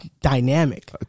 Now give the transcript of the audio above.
dynamic